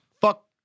Fuck